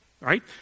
right